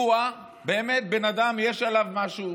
אוה, באמת בן אדם, יש עליו משהו.